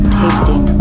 tasting